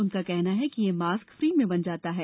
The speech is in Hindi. उनका कहना है कि यह मास्क फ्री में बन जाता है